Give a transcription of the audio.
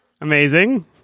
Amazing